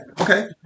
Okay